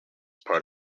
part